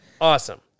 awesome